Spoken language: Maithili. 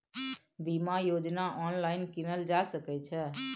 बीमा योजना ऑनलाइन कीनल जा सकै छै?